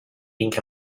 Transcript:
pink